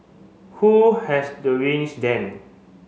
who has the reins then